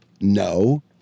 no